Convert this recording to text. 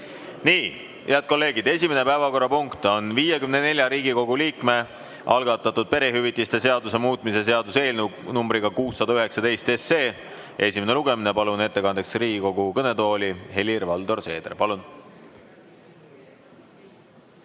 Nii, head kolleegid, esimene päevakorrapunkt on 54 Riigikogu liikme algatatud perehüvitiste seaduse muutmise seaduse eelnõu 619 esimene lugemine. Palun ettekandeks Riigikogu kõnetooli Helir-Valdor Seederi! Palun!